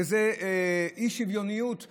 שזה אי-שוויוניות יחסית,